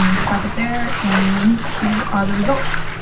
stop it there. and here are the results.